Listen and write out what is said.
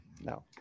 No